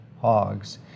hogs